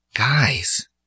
Guys